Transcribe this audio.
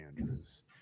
Andrews